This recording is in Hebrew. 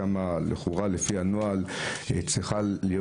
ולמרות שלפי הנוהל מכתזית צריכה להיות